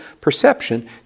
perception